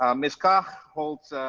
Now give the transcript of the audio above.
um ms. kaag holds